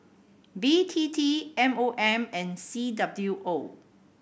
B T T M O M and C W O